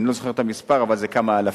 אני לא זוכר את המספר, אבל זה כמה אלפים.